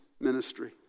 ministry